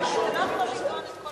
אתה לא יוכל לטעון את כל הדברים,